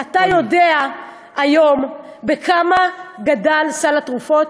אתה יודע בכמה גדל היום סל התרופות?